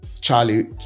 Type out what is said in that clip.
Charlie